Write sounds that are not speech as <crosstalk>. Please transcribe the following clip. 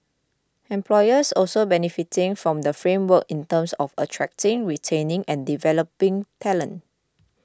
employers also benefiting from the framework in terms of attracting retaining and developing <noise> talent